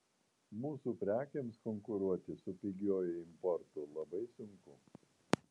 mūsų prekėms konkuruoti su pigiuoju importu labai sunku